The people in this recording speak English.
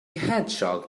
hedgehog